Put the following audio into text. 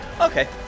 Okay